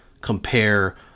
compare